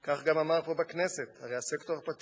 כך גם אמר פה בכנסת: הרי הסקטור הפרטי